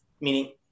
Meaning